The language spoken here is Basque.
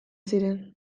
ziren